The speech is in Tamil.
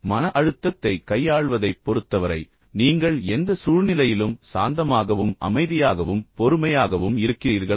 மன அழுத்தத்தைக் கையாள்வதைப் பொறுத்தவரை நீங்கள் எந்த சூழ்நிலையிலும் சாந்தமாகவும் அமைதியாகவும் பொறுமையாகவும் இருக்கிறீர்களா